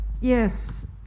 Yes